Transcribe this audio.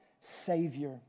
Savior